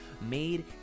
made